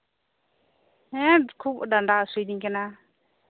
ᱦᱮᱸ ᱠᱷᱩᱵ ᱰᱟᱸᱰᱟ ᱦᱟᱥᱩᱭᱤᱫᱤᱧ ᱠᱟᱱᱟ